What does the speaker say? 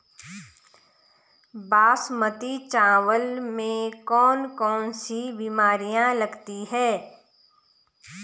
बासमती चावल में कौन कौन सी बीमारियां लगती हैं?